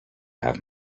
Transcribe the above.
have